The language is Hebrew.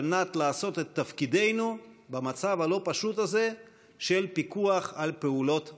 על מנת לעשות את תפקידנו במצב הלא-פשוט הזה של פיקוח על פעולות הממשלה.